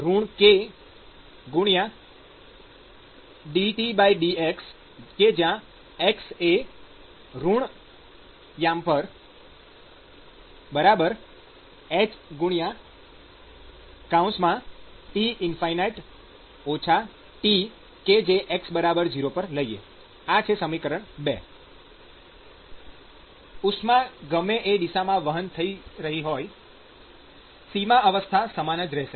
kdTdx|x hT Tx0 ૨ ઉષ્મા ગમે એ દિશામાં વહન થઈ રહી હોય સીમા અવસ્થા સમાન જ રેહશે